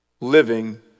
living